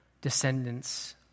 descendants